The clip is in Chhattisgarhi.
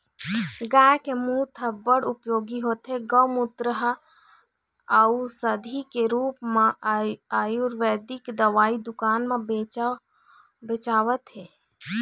गाय के मूत ह बड़ उपयोगी होथे, गोमूत्र ह अउसधी के रुप म आयुरबेदिक दवई दुकान म बेचावत हे